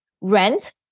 Rent